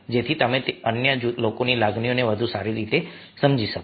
જેથી તમે અન્ય લોકોની લાગણીઓને વધુ સારી રીતે સમજી શકો